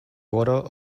order